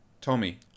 Tommy